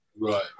Right